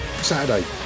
Saturday